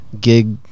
gig